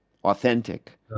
authentic